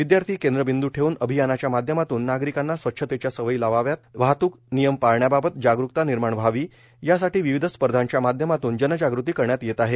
विद्यार्थी केंद्रबिंद् ठेवून अभियानाच्या माध्यमातून नागरिकांना स्वच्छतेच्या सवयी लागाव्यात वाहतूक नियम पाळण्याबाबत जागरुकता निर्माण व्हावी यासाठी विविध स्पर्धांच्या माध्यमातून जनजागृती करण्यात येत आहे